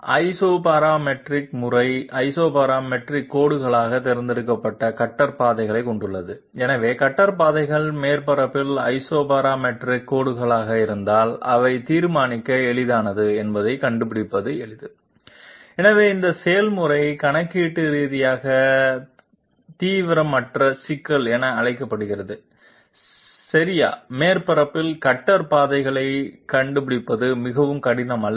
isoparametric முறை isoparametric கோடுகளாக தேர்ந்தெடுக்கப்பட்ட கட்டர் பாதைகளைக் கொண்டுள்ளது எனவே கட்டர் பாதைகள் மேற்பரப்பில் ஐசோபராமெட்ரிக் கோடுகளாக இருந்தால் அவை தீர்மானிக்க எளிதானது என்பதைக் கண்டுபிடிப்பது எளிது எனவே இந்த செயல்முறை கணக்கீட்டு ரீதியாக தீவிரமற்ற சிக்கல் என அழைக்கப்படுகிறது சரியாமேற்பரப்பில் கட்டர் பாதைகளைக் கண்டுபிடிப்பது மிகவும் கடினம் அல்ல